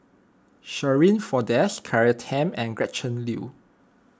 Shirin Fozdar Claire Tham and Gretchen Liu